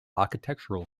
architectural